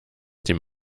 dem